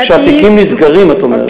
שהתיקים נסגרים, את אומרת.